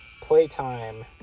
playtime